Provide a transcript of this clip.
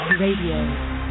Radio